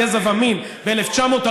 גזע ומין ב-1948,